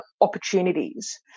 opportunities